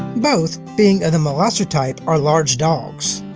both being of the molloser type are large dogs.